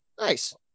nice